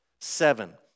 seven